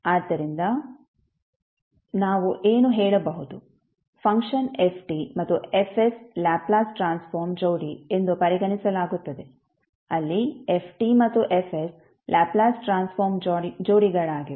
ಆದ್ದರಿಂದ ನಾವು ಏನು ಹೇಳಬಹುದು ಫಂಕ್ಷನ್ f ಮತ್ತು F ಲ್ಯಾಪ್ಲೇಸ್ ಟ್ರಾನ್ಸ್ಫಾರ್ಮ್ ಜೋಡಿ ಎಂದು ಪರಿಗಣಿಸಲಾಗುತ್ತದೆ ಅಲ್ಲಿ f ಮತ್ತು F ಲ್ಯಾಪ್ಲೇಸ್ ಟ್ರಾನ್ಸ್ಫಾರ್ಮ್ ಜೋಡಿಗಳಾಗಿವೆ